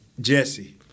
Jesse